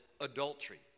adultery